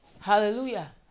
Hallelujah